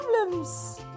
problems